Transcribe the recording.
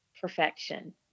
Perfection